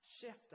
shift